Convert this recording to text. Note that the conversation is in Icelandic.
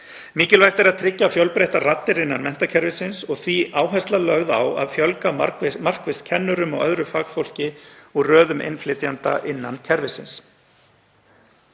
Mikilvægt er að tryggja fjölbreyttar raddir innan menntakerfisins og því er áhersla lögð á að fjölga markvisst kennurum og öðru fagfólki úr röðum innflytjenda innan kerfisins.